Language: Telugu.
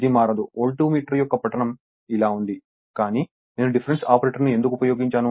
ఇది మారదు వోల్టమీటర్ యొక్క పఠనం ఇలా ఉంది కానీ నేను డిఫరెన్స్ ఆపరేటర్ను ఎందుకు ఉపయోగించాను